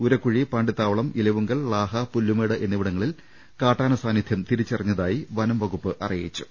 ഉരക്കുഴി പാണ്ടിത്താവളം ഇലവുങ്കൽ ളാഹ പുല്പുമേട് എന്നിവിടങ്ങളിൽ കാട്ടാനകളുടെ സാന്നിധ്യം തിരിച്ചറിഞ്ഞതായി വനംവകുപ്പ് അറിയിച്ചു